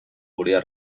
volia